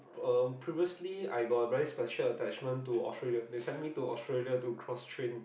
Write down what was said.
um previously I got a very special attachment to Australia they sent me to Australia to cross train